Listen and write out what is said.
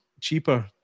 cheaper